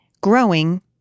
growing